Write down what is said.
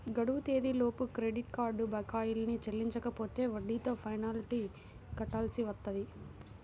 గడువు తేదీలలోపు credit card బకాయిల్ని చెల్లించకపోతే వడ్డీతో పెనాల్టీ కట్టాల్సి వత్తది